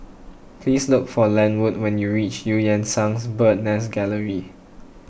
please look for Lenwood when you reach Eu Yan Sang Bird's Nest Gallery